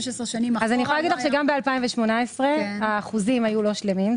16 שנים אחורה- - גם ב-2018 האחוזים היו לא שלמים.